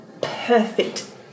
perfect